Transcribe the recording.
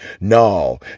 no